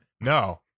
No